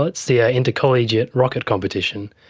well, it's the ah intercollegiate rocket competition.